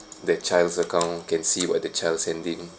the child's account can see what the child's sending